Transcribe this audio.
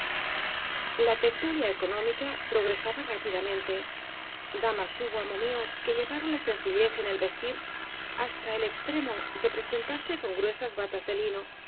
la tertulia económica progresaba rápidamente damas hubo amo mío que llevaron la sencillez en el vestir hasta el extremo de presentarse con gruesas batas de lino